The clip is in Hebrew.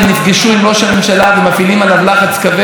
אני רוצה לשלוח את ברכותיי לראש הממשלה,